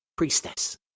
Priestess